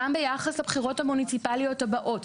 גם ביחס לבחירות המוניציפליות הבאות.